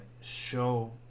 show